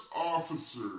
officer